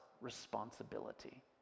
responsibility